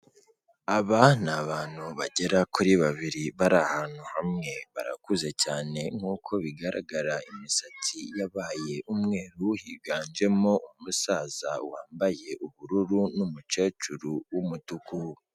Aba ni abantu bagera kuri babiri bari ahantu hamwe barakuze cyane, nk'uko bigaragara imisatsi yabaye umweru higanjemo umusaza wambaye ubururu n'umukecuru w'umutuku.